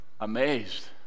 amazed